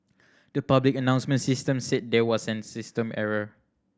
the public announcement system said there was a system error